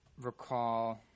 recall